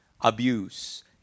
abuse